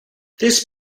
this